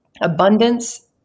abundance